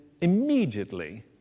immediately